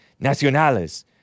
nacionales